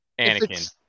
Anakin